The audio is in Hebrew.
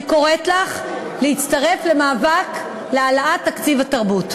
אני קוראת לך להצטרף למאבק להעלאת תקציב התרבות.